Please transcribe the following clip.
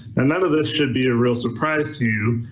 and none of this should be a real surprise to you,